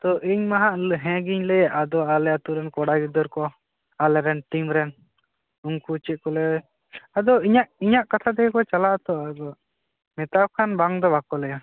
ᱟᱫᱚ ᱤᱧᱢᱟ ᱦᱟᱸᱜ ᱦᱮᱸ ᱜᱤᱧ ᱞᱟᱹᱭᱮᱫ ᱟᱫᱚ ᱟᱞᱮ ᱟᱛᱳ ᱨᱮᱱ ᱠᱚᱲᱟ ᱜᱤᱫᱟᱹᱨ ᱠᱚ ᱟᱞᱮ ᱨᱮᱱ ᱴᱤᱢ ᱨᱮᱱ ᱩᱱᱠᱩ ᱪᱮᱫ ᱠᱚ ᱞᱟᱹᱭᱟ ᱟᱫᱚ ᱤᱧᱟᱹᱜ ᱤᱧᱟᱹᱜ ᱠᱟᱛᱷᱟ ᱛᱮᱜᱮ ᱠᱚ ᱪᱟᱞᱟᱜᱼᱟ ᱛᱚ ᱟᱫᱚ ᱢᱮᱛᱟᱣᱟᱠᱚ ᱠᱷᱟᱱ ᱵᱟᱝ ᱫᱚ ᱵᱟᱠᱚ ᱞᱟᱹᱭᱟ